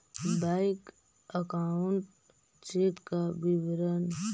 Bank account check का विवरण?